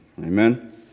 amen